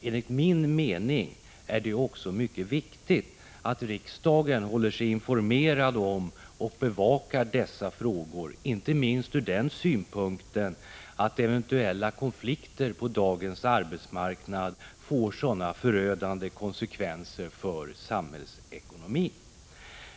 Enligt min mening är det mycket viktigt att riksdagen håller sig informerad om och bevakar dessa frågor, inte minst från den synpunkten att eventuella konflikter på dagens arbetsmarknad får sådana förödande konsekvenser för samhällsekonomin.